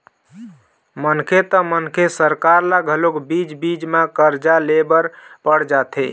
मनखे त मनखे सरकार ल घलोक बीच बीच म करजा ले बर पड़ जाथे